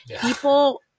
people